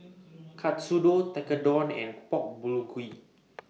Katsudon Tekkadon and Pork Bulgogi